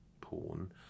porn